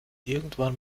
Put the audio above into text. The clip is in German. irgendwann